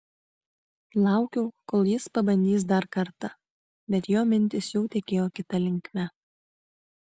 laukiau kol jis pabandys dar kartą bet jo mintys jau tekėjo kita linkme